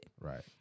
Right